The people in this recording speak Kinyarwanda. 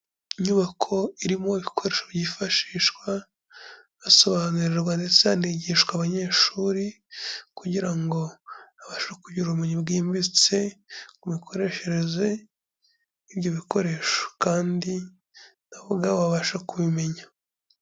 Inyubako irimo ibikoresho byifashishwa hasobanurirwa ndetse hanigishwa abanyeshuri, kugira ngo abashe kugira ngo ubumenyi bwimbitse ku mikoreshereze y'ibyo bikoresho, kandi n'abo ngabo babashe kubimenya.